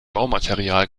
baumaterial